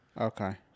Okay